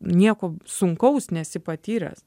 nieko sunkaus nesi patyręs